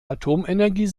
atomenergie